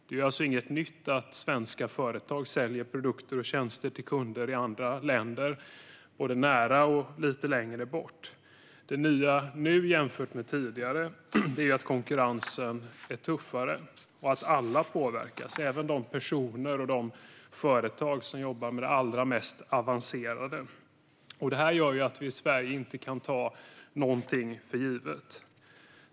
Det är alltså inget nytt att svenska företag säljer produkter och tjänster till kunder i andra länder, både nära och lite längre bort. Det nya jämfört med tidigare är att konkurrensen är tuffare och att alla påverkas - även de personer och företag som jobbar med det allra mest avancerade. Det gör att vi i Sverige inte kan ta något för givet.